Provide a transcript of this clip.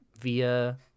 via